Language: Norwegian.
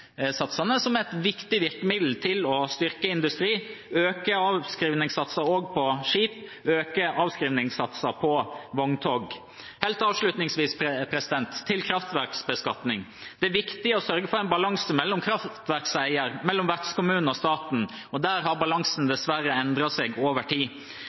bruke avskrivningssatsene som et viktig virkemiddel for å styrke industri – øke avskrivningssatser på skip, øke avskrivningssatser på vogntog. Helt avslutningsvis til kraftverksbeskatning: Det er viktig å sørge for en balanse mellom kraftverkseier, vertskommune og staten. Der har balansen dessverre endret seg over tid.